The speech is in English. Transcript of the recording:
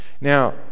Now